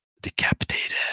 decapitated